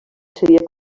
seria